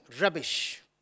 Rubbish